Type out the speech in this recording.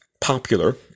popular